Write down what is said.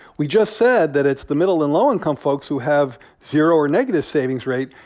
we just said that it's the middle and low-income folks who have zero or negative savings rate,